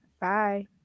Bye